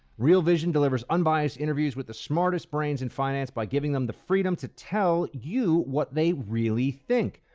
real vision delivers unbiased interviews with the smartest brains in finance by giving them the freedom to tell you what they really think.